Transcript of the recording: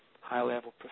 high-level